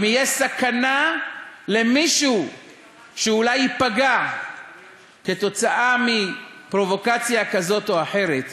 אם תהיה סכנה למישהו שאולי ייפגע כתוצאה מפרובוקציה כזאת או אחרת,